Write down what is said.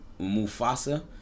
Mufasa